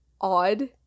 odd